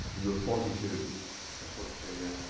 you were forty two? i was forty two yeah.